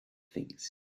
things